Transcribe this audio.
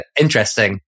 Interesting